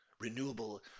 Renewable